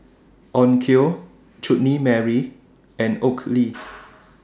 Onkyo Chutney Mary and Oakley